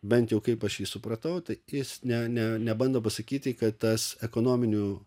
bent jau kaip aš jį supratau tai jis ne ne nebando pasakyti kad tas ekonominių